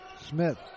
Smith